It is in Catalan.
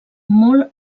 molt